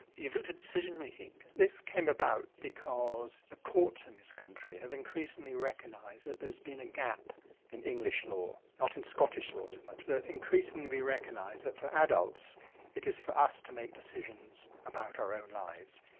you've looked at decision making. this came about because the courts in this country have increasingly recognised that there has been a gap in english law, not in scottish law so much, but increasingly recognised that for adults it is for us to make decisions about our own lives.